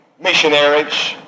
missionaries